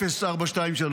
0423: